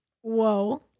Whoa